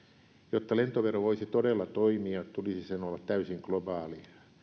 jotta lentovero voisi todella toimia tulisi sen olla täysin globaali